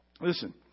Listen